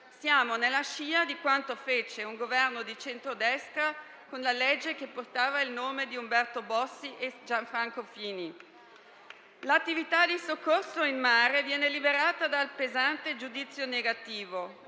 siamo sulla scia di quanto fece un Governo di centrodestra con la legge che portava il nome di Umberto Bossi e Gianfranco Fini. L'attività di soccorso in mare viene liberata dal pesante giudizio negativo;